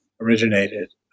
originated